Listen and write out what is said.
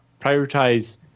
prioritize